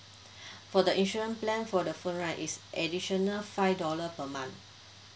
for the insurance plan for the phone right is additional five dollar per month